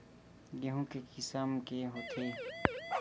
गेहूं के किसम के होथे?